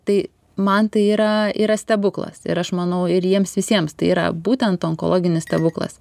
tai man tai yra yra stebuklas ir aš manau ir jiems visiems tai yra būtent onkologinis stebuklas